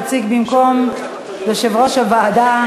יציג במקום יושב-ראש הוועדה,